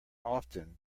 often